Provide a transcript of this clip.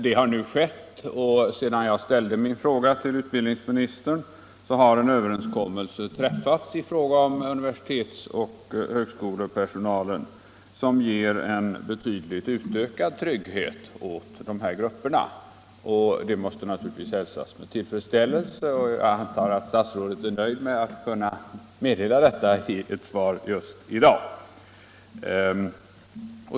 Det har nu skett, och sedan jag ställde min fråga till utbildningsministern har i fråga om universitetsoch högskolepersonalen en överenskommelse träffats, som ger en betydligt utökad trygghet åt dessa grupper. Det måste naturligtvis hälsas med tillfredsställelse, och jag antar att statsrådet är nöjd med att kunna meddela detta i ett svar just i dag.